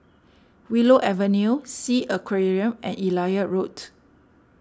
Willow Avenue Sea Aquarium and Elliot Road